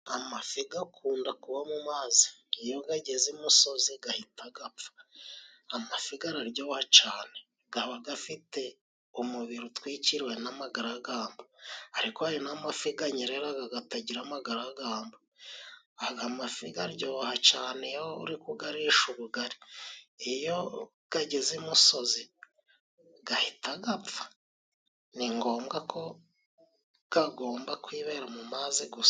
Amafi akunda kuba mu mazi. Iyo ageze imusozi ahita apfa. Amafi araryoha cyane. Aba afite umubiri utwikiriwe n'amagaragamba. Ariko hari n'amafi anyerera atagira amagaragamba. Amafi aryoha cyane iyo uri kuyarisha ubugari. Iyo ageze imusozi ahita apfa! Ni ngombwa ko agomba kwibera mu mazi gusa.